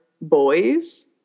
boys